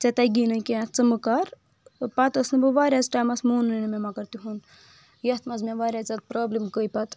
ژےٚ تگی نہٕ کینٛہہ ژٕ مہٕ کر پتہٕ أسۍ نہٕ بہٕ واریاہس ٹایمس مونُے نہٕ مےٚ مگر تیُہُنٛد یتھ منٛز مےٚ واریاہ زیادٕ پرابلِم گٔے پتہٕ